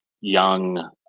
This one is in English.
young